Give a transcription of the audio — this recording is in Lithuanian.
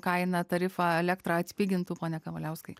kainą tarifą elektrą atpigintų pone kavaliauskai